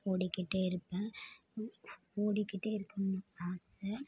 ஓடிக்கிட்டே இருப்பேன் ஓ ஓடிக்கிட்டே இருக்கணும் அது